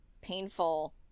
painful